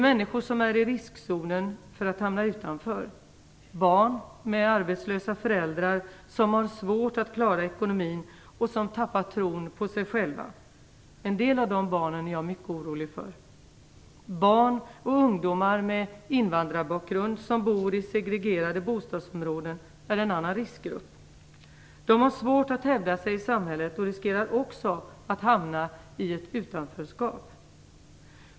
Människor som är i riskzonen för att hamna utanför kan vara barn med arbetslösa föräldrar som har svårt att klara ekonomin och som har tappat tron på sig själva. En del av de barnen är jag mycket orolig för. Barn och ungdomar med invandrarbakgrund som bor i segregerade bostadsområden är en annan riskgrupp. De har svårt att hävda sig i samhället och riskerar också att hamna i ett utanförskap.